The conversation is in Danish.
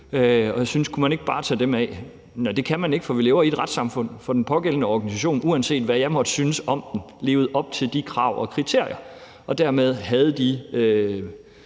organisation skulle have støtte. Nej, det kunne man ikke, for vi lever i et retssamfund, og den pågældende organisation, uanset hvad jeg måtte synes om den, levede op til de krav og kriterier, og dermed havde de